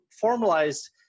formalized